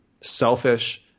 selfish